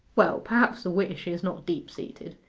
well, perhaps the wish is not deep-seated.